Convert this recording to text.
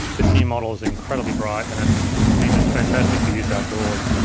this new model is incredibly bright and it means it's fantastic for use outdoors.